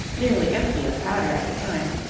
nearly empty of powder at the time,